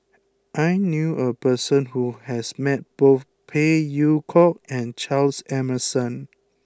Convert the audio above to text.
I knew a person who has met both Phey Yew Kok and Charles Emmerson